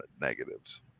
negatives